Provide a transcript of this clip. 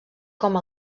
com